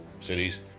cities